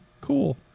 Cool